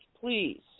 please